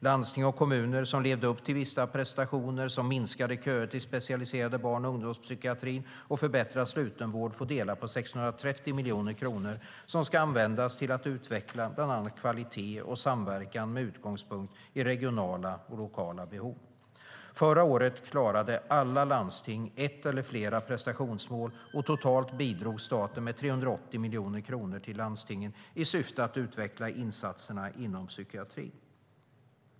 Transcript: Landsting och kommuner som levde upp till vissa prestationer, som minskade köer till den specialiserade barn och ungdomspsykiatrin och förbättrad slutenvård, får dela på 630 miljoner kronor som ska användas till att utveckla bland annat kvalitet och samverkan med utgångspunkt i regionala och lokala behov. Förra året klarade alla landsting ett eller flera prestationsmål, och totalt bidrog staten med 380 miljoner kronor till landstingen i syfte att utveckla insatserna inom psykiatrin.